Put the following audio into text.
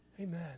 Amen